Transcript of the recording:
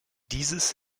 dieses